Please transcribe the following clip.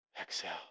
Exhale